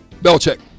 Belichick